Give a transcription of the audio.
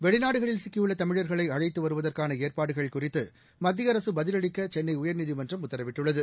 வெளிநாடுகளில் சிக்கியுள்ள தமிழர்களை அழைத்து வருவதற்கான ஏற்பாடுகள் குறித்து மத்திய அரசு பதிலளிக்க சென்னை உயர்நீதிமன்றம் உத்தரவிட்டுள்ளது